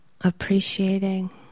appreciating